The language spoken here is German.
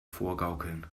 vorgaukeln